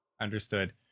Understood